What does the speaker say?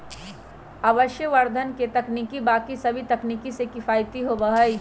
वायवसंवर्धन के तकनीक बाकि सभी तकनीक से किफ़ायती होबा हई